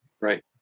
Right